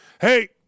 Hey